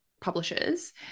publishers